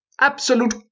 Absolute